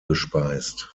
gespeist